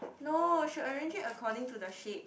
no should arrange it according to the shape